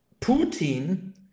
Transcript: Putin